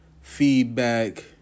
feedback